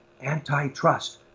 antitrust